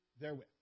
therewith